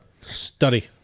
Study